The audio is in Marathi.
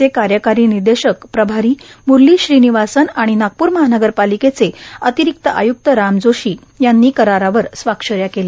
चे कार्यकारी निदेशक प्रभारी म्रली श्रीनिवासन आणि नागपूर महानगरपालिकेचे अतिरिक्त आय्क्त राम जोशी ह्यांनी करारावर स्वाक्षऱ्या केल्या